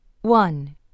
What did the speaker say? One